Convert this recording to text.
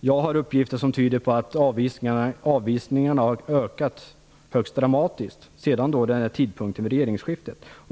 Jag har uppgifter som tyder på att avvisningarna har ökat högst dramatiskt sedan regeringsskiftet.